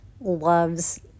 loves